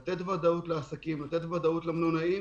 לתת ודאות לעסקים, לתת ודאות למלונאים